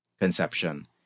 conception